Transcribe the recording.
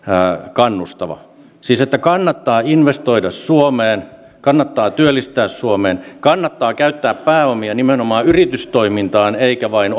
kannustava siis niin että kannattaa investoida suomeen kannattaa työllistää suomeen kannattaa käyttää pääomia nimenomaan yritystoimintaan eikä vain